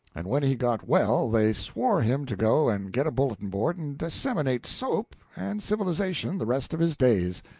and when he got well they swore him to go and get a bulletin-board and disseminate soap and civilization the rest of his days.